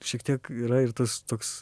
šiek tiek yra ir tas toks